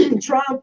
Trump